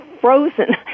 frozen